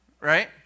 Right